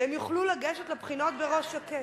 והם יוכלו לגשת לבחינות בראש שקט.